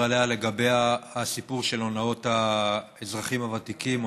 עליה: הסיפור של הונאות האזרחים הוותיקים,